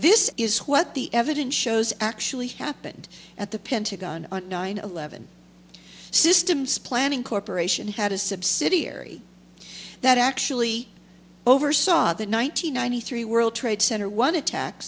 this is what the evidence shows actually happened at the pentagon on nine eleven systems planning corporation had a subsidiary that actually oversaw the one nine hundred ninety three world trade center one attack